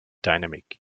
dynamic